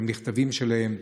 למכתבים שלהם.